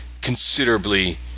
considerably